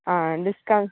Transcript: आं डिस्कांवन्ट